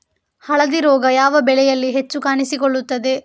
ಹಳದಿ ರೋಗ ಯಾವ ಬೆಳೆಯಲ್ಲಿ ಹೆಚ್ಚು ಕಾಣಿಸಿಕೊಳ್ಳುತ್ತದೆ?